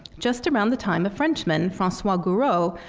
just around the time the frenchman, francois gouraud,